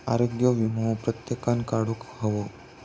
आरोग्य वीमो प्रत्येकान काढुक हवो